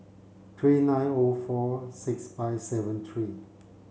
three nine O four six five seven three